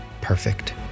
Perfect